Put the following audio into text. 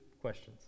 questions